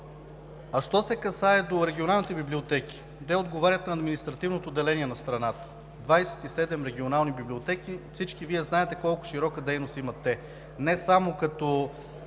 Що се отнася до регионалните библиотеки, те отговарят на административното деление на страната – 27 регионални библиотеки. Всички знаете колко широка дейност имат те – не само като